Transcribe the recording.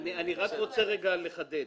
רוצה לחדד.